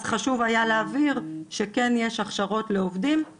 אז חשוב היה להבהיר שכן יש הכשרות לעובדים והתייחסתי לזה.